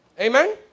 Amen